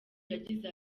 yagize